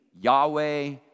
Yahweh